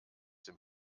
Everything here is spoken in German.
dem